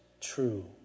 true